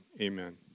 amen